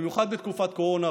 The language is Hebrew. במיוחד בתקופת קורונה,